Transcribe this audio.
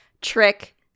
trick